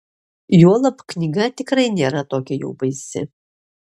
juolab knyga tikrai nėra tokia jau baisi